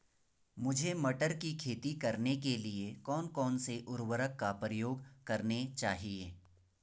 मुझे मटर की खेती करने के लिए कौन कौन से उर्वरक का प्रयोग करने चाहिए?